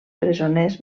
presoners